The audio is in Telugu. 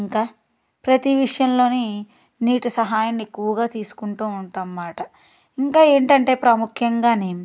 ఇంకా ప్రతి విషయంలో నీటి సహాయాన్ని ఎక్కువగా తీసుకుంటు ఉంటాం అన్నమాట ఇంకా ఏంటంటే ప్రాముఖ్యంగా